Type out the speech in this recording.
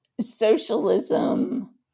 socialism